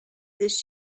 this